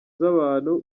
z’abantu